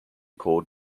called